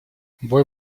бой